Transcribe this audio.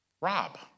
Rob